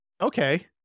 Okay